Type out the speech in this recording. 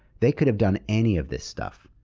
they could have done any of this stuff.